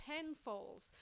tenfold